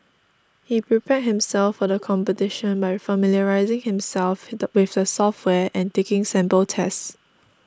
he prepare himself for the competition by familiarising himself with the software and taking sample tests